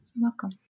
welcome